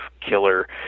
killer